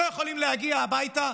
לא יכולים להגיע הביתה,